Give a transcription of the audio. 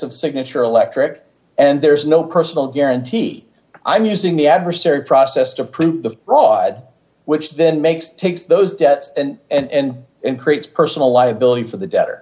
of signature electric and there is no personal guarantee i'm using the adversary process to prove the fraud which then makes takes those debts and and and creates personal liability for the debtor